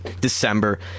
December